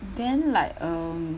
then like um